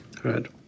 Good